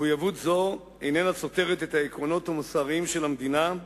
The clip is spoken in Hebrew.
מחויבות זו איננה סותרת את העקרונות המוסריים של המדינה,